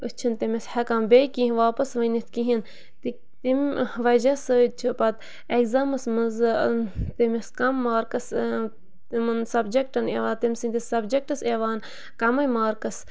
أسۍ چھِنہٕ تٔمِس ہٮ۪کان بیٚیہِ کیٚنٛہہ واپَس ؤنِتھ کِہیٖنۍ تمہِ وَجہ سۭتۍ چھِ پَتہٕ اٮ۪گزامَس مَنٛز تٔمِس کَم مارکٕس تِمَن سَبجَکٹَن یِوان تٔمۍ سٕنٛدِس سَبجَکٹَس یِوان کَمٕے مارکٕس